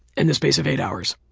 in the space of eight hours.